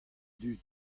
dud